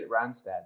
Randstad